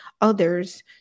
others